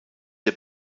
der